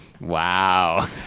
Wow